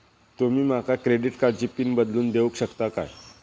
तुमी माका क्रेडिट कार्डची पिन बदलून देऊक शकता काय?